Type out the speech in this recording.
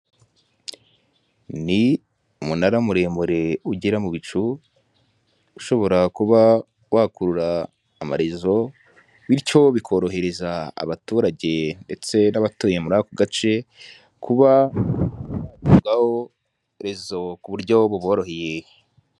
Ni umunara muremure ugera mu bicu ushobora kuba wakurura amarezo, bityo bikorohereza abaturage ndetse n'abatuye muri ako gace, kubona rezo ku buryo buboroheye.